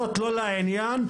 תודה.